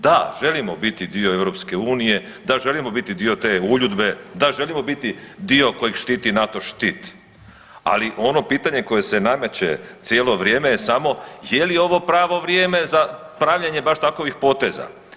Da, želimo biti dio EU, da želimo biti dio te uljudbe, da želimo biti dio kojeg štiti NATO štit, ali ono pitanje koje se nameće cijelo vrijeme je samo je li ovo pravo vrijeme za pravljenje baš takovih poteza.